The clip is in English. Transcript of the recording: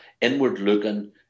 inward-looking